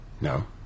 No